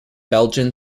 belgian